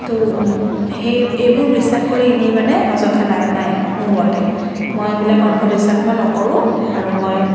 ত' সেই এইবোৰ বিশ্বাস কৰি এনেই মানে অযথা লাভ নাই মোৰ মতে মই এইবিলাক অন্ধবিশ্বাস মই নকৰোঁ আৰু মই